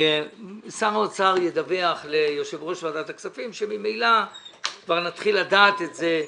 שר האוצר ידווח ליושב-ראש ועדת הכספים כשממילא נתחיל לדעת את זה.